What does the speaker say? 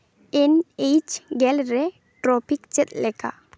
ᱮᱱ ᱮᱭᱤᱪ ᱜᱮᱞ ᱨᱮ ᱴᱨᱟᱯᱷᱤᱠ ᱪᱮᱫ ᱞᱮᱠᱟ